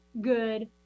good